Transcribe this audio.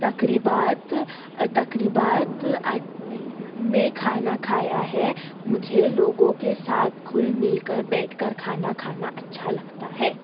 تقریبات تقریبات میں کھانا کھایا ہے مجھے لوگوں کے ساتھ گھل مل کر بیٹھ کر کھانا کھانا اچھا لگتا ہے